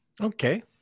Okay